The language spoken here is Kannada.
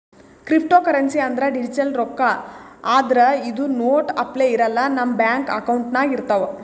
ಕ್ರಿಪ್ಟೋಕರೆನ್ಸಿ ಅಂದ್ರ ಡಿಜಿಟಲ್ ರೊಕ್ಕಾ ಆದ್ರ್ ಇದು ನೋಟ್ ಅಪ್ಲೆ ಇರಲ್ಲ ನಮ್ ಬ್ಯಾಂಕ್ ಅಕೌಂಟ್ನಾಗ್ ಇರ್ತವ್